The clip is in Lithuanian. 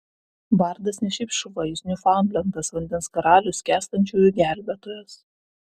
bardas ne šiaip šuva jis niūfaundlendas vandens karalius skęstančiųjų gelbėtojas